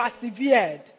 persevered